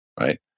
right